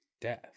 death